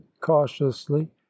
cautiously